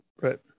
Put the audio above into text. Right